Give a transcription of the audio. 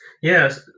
yes